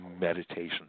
meditation